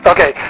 Okay